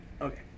Okay